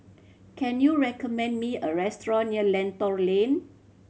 can you recommend me a restaurant near Lentor Lane